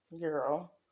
Girl